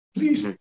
Please